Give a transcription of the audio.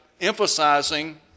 emphasizing